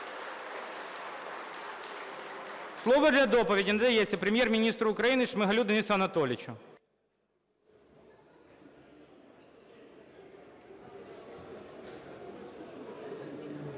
Слово для доповіді надається Прем'єр-міністру України Шмигалю Денису Анатолійовичу.